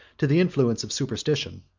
to the influence of superstition.